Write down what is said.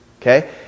Okay